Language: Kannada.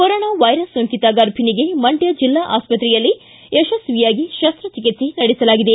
ಕೊರೊನಾ ವೈರಸ್ ಸೋಂಕಿತ ಗರ್ಭಣಿಗೆ ಮಂಡ್ಲದ ಜಿಲ್ಲಾ ಆಸ್ಪತ್ರೆಯಲ್ಲಿ ಯಶಸ್ವಿಯಾಗಿ ಶಕ್ತ ಚಿಕಿತ್ಸೆ ನಡೆಸಲಾಗಿದೆ